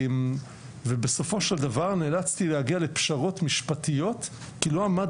בסופו של דבר נאלצתי להגיע לפשרות משפטיות כי לא עמד